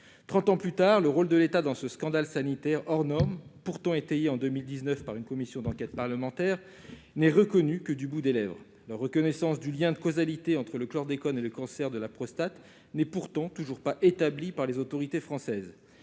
ans plus tard, le rôle de l'État dans ce scandale sanitaire hors norme, étayé en 2019 par une commission d'enquête parlementaire, n'est reconnu que du bout des lèvres. La reconnaissance du lien de causalité entre le chlordécone et le cancer de la prostate n'est toujours pas établie par les autorités françaises.